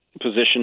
position